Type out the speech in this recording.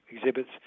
exhibits